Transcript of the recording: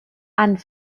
and